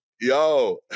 Yo